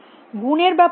গুণের ব্যাপারটি কি